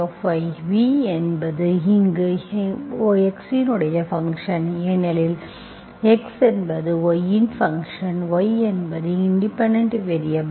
v இங்கு v என்பது x இன் ஃபங்க்ஷன் ஏனெனில் x என்பது y இன் ஃபங்க்ஷன் y y என்பது இண்டிபெண்டென்ட் வேரியபல்